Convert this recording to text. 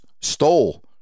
stole